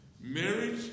Marriage